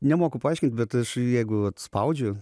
nemoku paaiškint bet aš jeigu vat spaudžiu